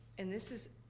and this is,